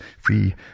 Free